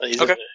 Okay